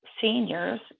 seniors